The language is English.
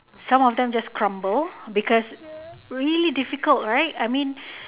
some of them just crumble because just really difficult right I mean